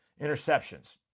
Interceptions